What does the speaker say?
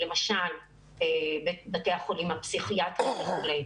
למשל בתי החולים הפסיכיאטריים וכו'.